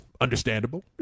understandable